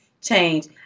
change